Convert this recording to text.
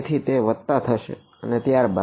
તેથી તે વત્તા થશે અને ત્યારબાદ